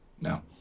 No